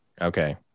Okay